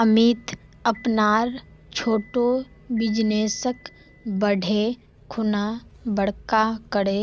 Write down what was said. अमित अपनार छोटो बिजनेसक बढ़ैं खुना बड़का करे